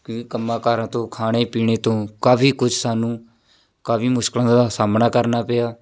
ਕਿ ਕੰਮਾਂ ਕਾਰਾਂ ਤੋਂ ਖਾਣੇ ਪੀਣੇ ਤੋਂ ਕਾਫੀ ਕੁਛ ਸਾਨੂੰ ਕਾਫੀ ਮੁਸ਼ਕਿਲਾਂ ਦਾ ਸਾਹਮਣਾ ਕਰਨਾ ਪਿਆ